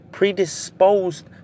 predisposed